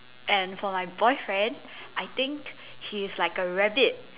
and for my boyfriend I think he is like a rabbit